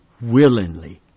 willingly